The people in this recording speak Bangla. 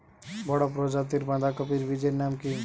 বড় প্রজাতীর বাঁধাকপির বীজের নাম কি?